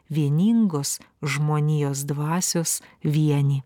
vieningos žmonijos dvasios vienį